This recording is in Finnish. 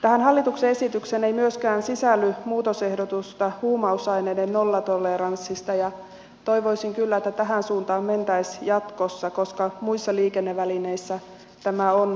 tähän hallituksen esitykseen ei myöskään sisälly muutosehdotusta huumausaineiden nollatoleranssista ja toivoisin kyllä että tähän suuntaan mentäisiin jatkossa koska muissa liikennevälineissä tämä on käytössä